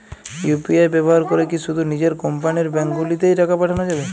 UPI ব্যবহার করে কি শুধু নিজের কোম্পানীর ব্যাংকগুলিতেই টাকা পাঠানো যাবে?